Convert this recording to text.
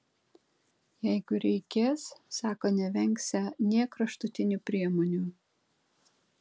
jeigu reikės sako nevengsią nė kraštutinių priemonių